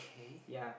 yeah